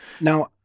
Now